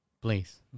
please